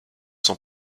son